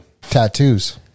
Tattoos